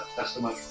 customer